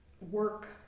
work